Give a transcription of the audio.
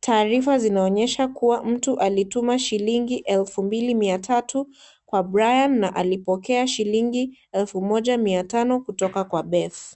Tarifa zinaonyesha kuwa mtu alituma shilingi 2300 kwa Brian na alipokea shilingi 1500 kutoka kwa Beth.